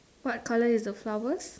what colour is the flowers